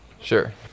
Sure